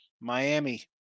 Miami